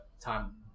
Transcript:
time